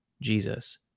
Jesus